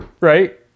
right